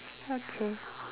okay